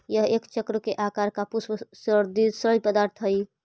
यह एक चक्र के आकार का पुष्प सदृश्य पदार्थ हई